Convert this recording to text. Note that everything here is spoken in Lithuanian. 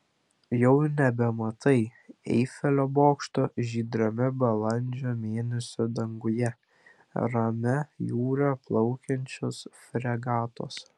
jau nebematai eifelio bokšto žydrame balandžio mėnesio danguje ramia jūra plaukiančios fregatos